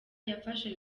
yafashe